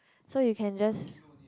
so you can just